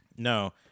No